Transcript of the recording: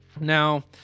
Now